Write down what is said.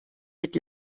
mit